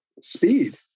speed